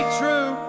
true